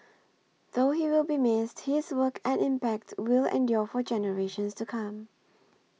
though he will be missed his work and impact will endure for generations to come